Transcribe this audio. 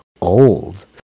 old